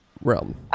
realm